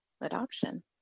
adoption